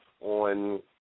on